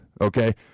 okay